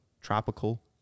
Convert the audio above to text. tropical